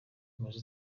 komeza